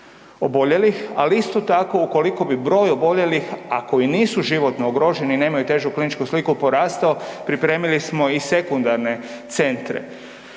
ali isto tako ukoliko bi broj oboljelih, a koji nisu životno ugroženi i nemaju težu kliničku sliku porastao pripremili smo i sekundarne centre.